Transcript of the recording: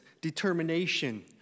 determination